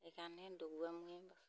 সেইকাৰণে ডবোৱা মূহে বা